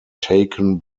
taken